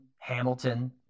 Hamilton